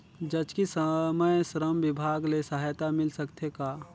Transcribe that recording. जचकी समय श्रम विभाग ले सहायता मिल सकथे का?